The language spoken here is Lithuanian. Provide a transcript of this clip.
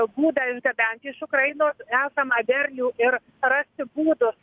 būdą išgabent iš ukrainos esamą derlių ir rasti būdus